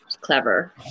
Clever